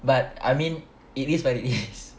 but I mean it is what it is